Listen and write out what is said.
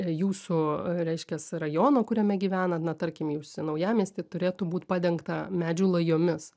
jūsų reiškias rajono kuriame gyvenat na tarkim jūs naujamiesty turėtų būt padengta medžių lajomis